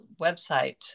website